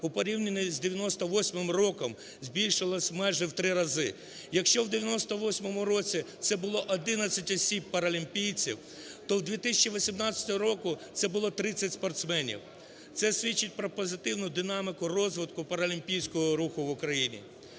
у порівнянні з 1998 роком збільшилась майже в три рази. Якщо в 1998 році це було 11 осіб паралімпійців, то в 2018 році це було 30 спортсменів. Це свідчить про позитивну динаміку розвитку паралімпійського руху в Україні.